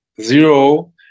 zero